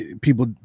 people